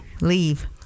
leave